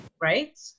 right